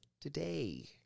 today